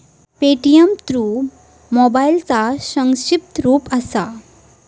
Paytm pay through मोबाईलचा संक्षिप्त रूप असा